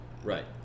Right